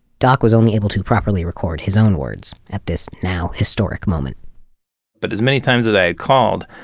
doc was only able to properly record his own words at this now historic moment but as many times as i had called,